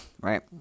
right